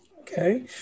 Okay